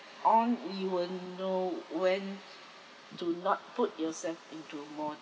won't even know when to not put yourself into more